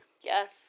Yes